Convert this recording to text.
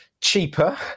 cheaper